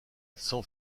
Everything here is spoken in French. sans